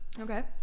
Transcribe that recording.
Okay